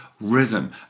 rhythm